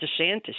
DeSantis